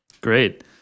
Great